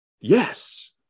Yes